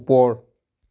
ওপৰ